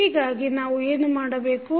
ಹೀಗಾಗಿ ನಾವು ಏನು ಮಾಡಬೇಕು